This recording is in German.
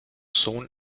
sohn